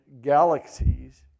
galaxies